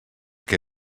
què